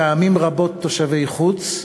פעמים רבות תושבי חוץ,